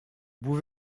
vous